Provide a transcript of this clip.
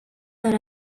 that